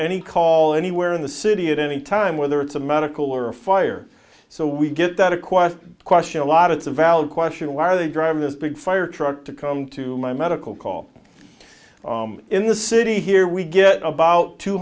any call anywhere in the city at any time whether it's a medical or a fire so we get that a question question a lot of it's a valid question why are they driving this big fire truck to come to my medical call in the city here we get about two